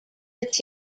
its